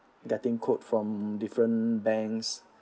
getting quote from different banks